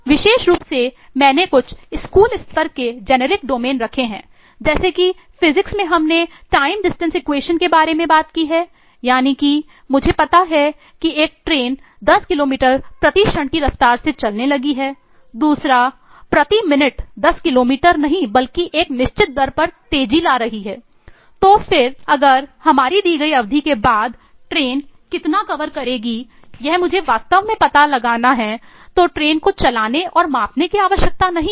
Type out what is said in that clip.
विशेष रूप से मैंने कुछ स्कूल स्तर के जेनेरिक डोमेन के बारे में बात की है यानी कि मुझे पता है कि एक ट्रेन 10 किलोमीटर प्रति क्षण की रफ्तार से चलने लगी है दूसरा प्रति मिनट 10 किलोमीटर नहीं बल्कि एक निश्चित दर पर तेजी ला रहा है तो फिर अगर हमारी दी गई अवधि के बाद ट्रेन कितना कवर करेगी मुझे वास्तव में पता लगाने के लिए ट्रेन को चलाने और मापने की आवश्यकता नहीं है